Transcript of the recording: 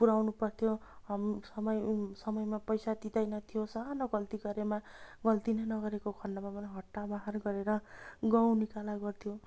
पुर्याउनु पर्थ्यो हर समय समयमा पैसा दिँदैन थियो सानो गल्ती गरेमा गल्ती नै नगरेको खन्डमा हट्टा बाहर गरेर गाउँ निकाला गर्थ्यो